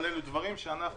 אבל אלו דברים שאנחנו